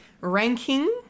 ranking